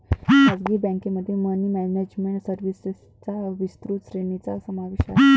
खासगी बँकेमध्ये money management सर्व्हिसेसच्या विस्तृत श्रेणीचा समावेश आहे